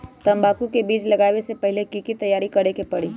तंबाकू के बीज के लगाबे से पहिले के की तैयारी करे के परी?